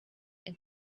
and